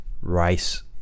rice